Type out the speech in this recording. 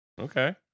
Okay